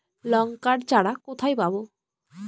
লঙ্কার চারা কোথায় পাবো?